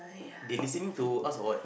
they listening to us or what